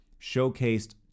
showcased